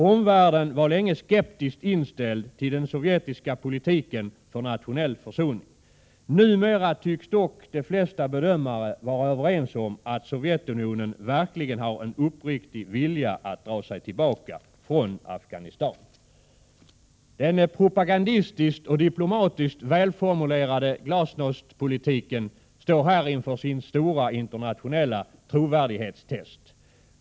Omvärlden var länge skeptiskt inställd till den sovjetiska politiken för nationell försoning. Numera tycks dock de flesta bedömare vara överens om att Sovjetunionen verkligen har en uppriktig vilja att dra sig tillbaka från Afghanistan. Den propagandistiskt och diplomatiskt välformulerade glasnostpolitiken står här inför sin stora internationella trovärdighetstest.